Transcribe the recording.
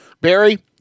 Barry